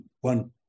One